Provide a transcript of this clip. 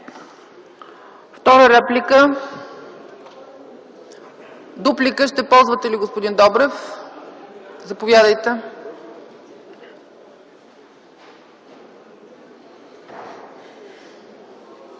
Втора реплика? Дуплика – ще ползвате ли, господин Добрев? Заповядайте.